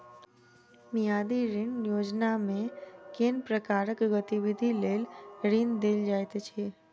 मियादी ऋण योजनामे केँ प्रकारक गतिविधि लेल ऋण देल जाइत अछि